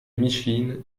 micheline